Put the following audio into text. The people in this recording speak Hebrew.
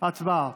הצבעה.